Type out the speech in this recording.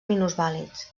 minusvàlids